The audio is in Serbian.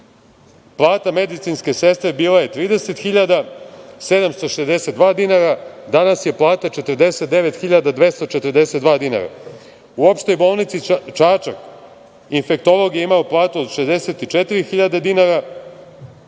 plata medicinske sestre bila je 30.762 dinara, a danas je plata 49.242 dinara. U Opštoj bolnici Čačak infektolog je imao platu 64.000 dinara,